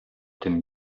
tym